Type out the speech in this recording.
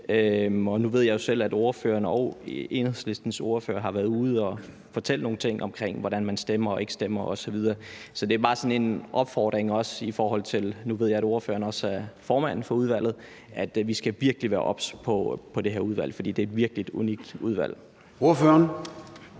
Nu ved jeg selv, at ordføreren og Enhedslistens ordfører har været ude at fortælle nogle ting omkring, hvordan man stemmer og ikke stemmer osv. Så det er bare en opfordring til – også i forhold til at jeg ved, at ordføreren er formand for udvalget – at vi virkelig skal